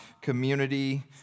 community